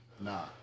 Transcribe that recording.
Nah